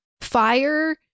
fire